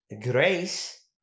grace